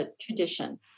tradition